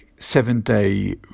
Seven-day